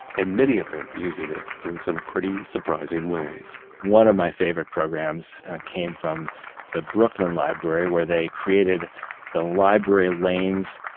and many of them using it in some pretty surprising ways one of my favorite programs came from the brooklyn library where they created the library lanes,